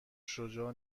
شجاع